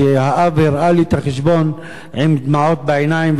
האב הראה לי את החשבון עם דמעות בעיניים,